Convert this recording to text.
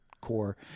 core